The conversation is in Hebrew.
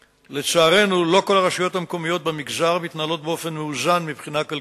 2. מה הוא שיעור הנזק שנגרם מהעיכוב בהנחת הצינור?